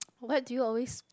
what do you always